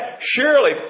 Surely